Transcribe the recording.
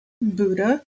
Buddha